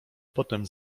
potem